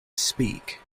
speak